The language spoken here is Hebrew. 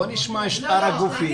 בואו נשמע את שאר הגופים.